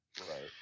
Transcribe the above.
right